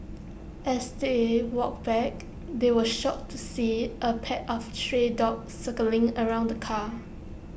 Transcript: as they walked back they were shocked to see A pack of stray dogs circling around the car